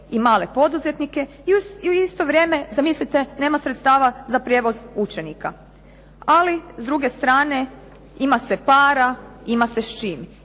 i male poduzetnike i u isto vrijeme zamislite nema sredstava za prijevoz učenika. Ali s druge strane ima se para, ima se s čim.